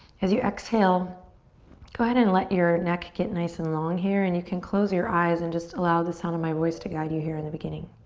as you exhale go ahead and let your neck get nice and long here and you can close your eyes and just allow the sound of my voice to guide you here in the beginning.